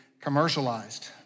commercialized